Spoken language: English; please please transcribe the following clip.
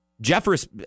Jeffers